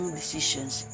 decisions